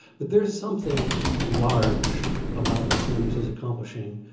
but there is something large about what sanders is accomplishing.